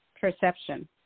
perception